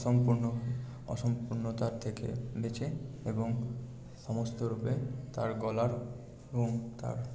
অসম্পূর্ণ অসম্পূর্ণতার থেকে বেছে এবং সমস্ত রূপে তার গলার এবং তার